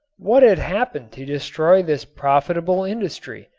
what had happened to destroy this profitable industry?